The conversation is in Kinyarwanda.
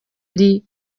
ari